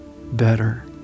better